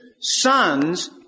Sons